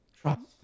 trust